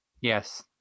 Yes